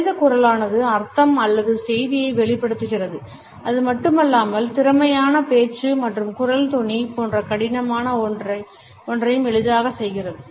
மனித குரலானது அர்த்தம் அல்லது செய்தியை வெளிப்படுத்துகிறது அது மட்டுமல்லாமல் திறமையான பேச்சு மற்றும் குரல் தொனி போன்ற கடினமான ஒன்றையும் எளிதாக செய்கிறது